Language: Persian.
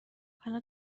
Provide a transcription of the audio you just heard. حالا